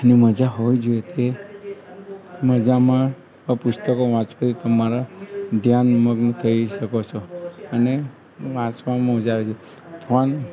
એની મજા હોવી જોઈએ તે મજામાં પુસ્તકો વાંચવું એ તમારા ધ્યાન મગ્ન થઈ શકો છો અને વાચવામાં મજા આવે છે